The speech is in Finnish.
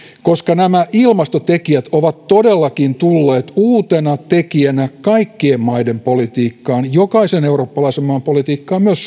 koska nämä ilmastotekijät ovat todellakin tulleet uutena tekijänä kaikkien maiden politiikkaan jokaisen eurooppalaisen maan politiikkaan myös